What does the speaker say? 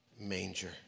manger